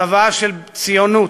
צוואה של ציונות,